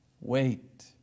Wait